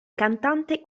cantante